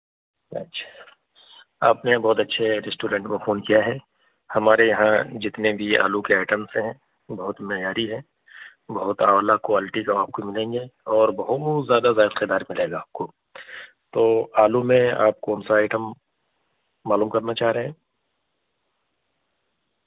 اچھا آپ نے بہت اچھے ریسٹورینٹ کو فون کیا ہے ہمارے یہاں جتنے بھی آلو کے آئٹمس ہیں بہت معیاری ہیں بہت عالیٰ کوالٹی کا آپ کو ملیں گے اور بہت زیادہ ذائقے دار ملے گا آپ کو تو آلو میں آپ کون سا آئٹم معلوم کرنا چاہ رہے ہیں